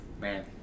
Man